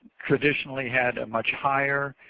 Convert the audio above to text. traditionally had a much higher